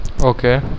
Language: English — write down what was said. Okay